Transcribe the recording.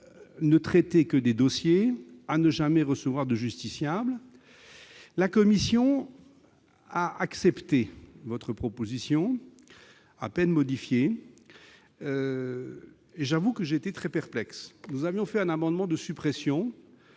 ne traiter que des dossiers et ne jamais recevoir de justiciables. La commission a accepté votre proposition à peine modifiée, ce qui, je l'avoue, m'a laissé très perplexe. Nous avons déposé un amendement de suppression